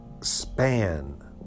span